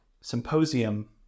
Symposium